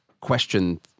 question